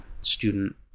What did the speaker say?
student